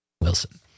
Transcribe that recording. Wilson